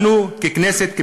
אנו ככנסת,